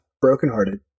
brokenhearted